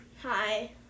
hi